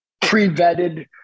pre-vetted